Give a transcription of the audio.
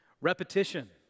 Repetition